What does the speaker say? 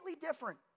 different